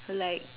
like